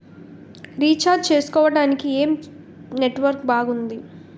Recharge చేసుకోవటానికి ఏం network బాగుంది?